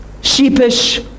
sheepish